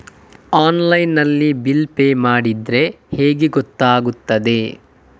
Online ನಲ್ಲಿ bill pay ಮಾಡಿದ್ರೆ ಹೇಗೆ ಗೊತ್ತಾಗುತ್ತದೆ?